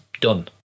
done